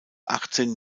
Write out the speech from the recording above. achtzehn